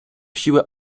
siłę